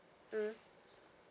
mm